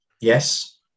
yes